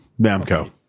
Namco